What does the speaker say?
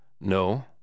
No